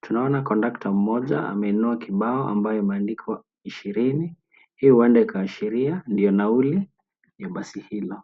Tunaona kondakta mmoja ameinua kibao ambayo imeandikwa, ishirini. Hiyo huenda ikaashiria ndio nauli ya basi hilo.